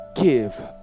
Give